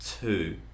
two